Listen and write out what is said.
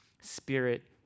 spirit